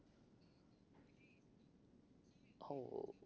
oh